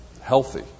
healthy